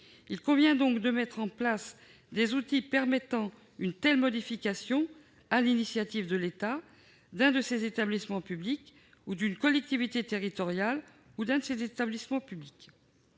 Il convient donc de mettre en place des outils permettant une telle modification, sur l'initiative de l'État, d'un de ses établissements publics, d'une collectivité territoriale ou d'un de ses établissements publics.